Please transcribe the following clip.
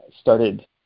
started